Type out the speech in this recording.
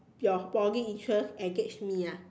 your Poly interest engage me ah